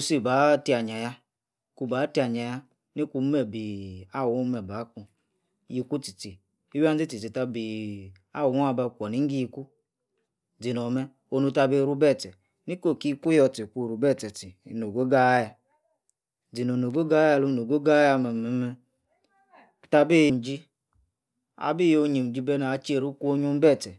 si ba tiaya-ku ba tiaya ni kume bi awu omeh ba ku yiku ti-tie iwia-zi tie-tie aba awuo aba kwo niggo yiku pzinomer eni-ta abi iuu ibi etie ni-ki oki yiku yotie, kuru be-tie ino-oggo aya zini ono-gogo alu no-gogo mem tabi yim-jim tabi onyim atie heru ikwu onyu ebi etie